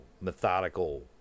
methodical